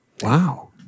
Wow